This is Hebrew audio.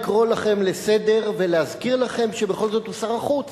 לקרוא אתכם לסדר ולהזכיר לכם שבכל זאת הוא שר החוץ